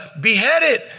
beheaded